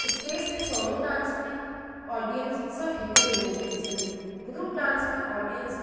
stage ते solo dance में audience सभु हिक ॼणे खे ॾिसंदी ग्रूप डांस में ऑडीअंस